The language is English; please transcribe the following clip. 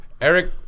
Eric